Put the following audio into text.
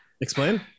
explain